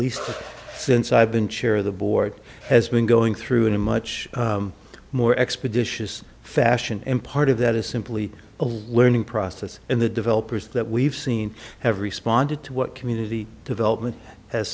least since i've been chair of the board has been going through in a much more expeditious fashion and part of that is simply a learning process and the developers that we've seen have responded to what community development has